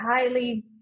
highly